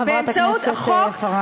חברת הכנסת פארן.